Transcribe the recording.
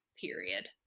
period